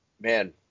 man